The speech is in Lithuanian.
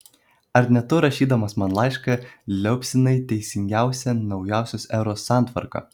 ar ne tu rašydamas man laišką liaupsinai teisingiausią naujosios eros santvarką